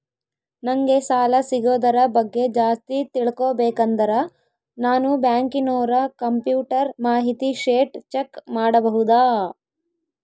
ನಂಗೆ ಸಾಲ ಸಿಗೋದರ ಬಗ್ಗೆ ಜಾಸ್ತಿ ತಿಳಕೋಬೇಕಂದ್ರ ನಾನು ಬ್ಯಾಂಕಿನೋರ ಕಂಪ್ಯೂಟರ್ ಮಾಹಿತಿ ಶೇಟ್ ಚೆಕ್ ಮಾಡಬಹುದಾ?